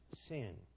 sin